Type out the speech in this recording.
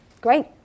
great